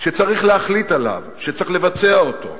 שצריך להחליט עליו, שצריך לבצע אותו,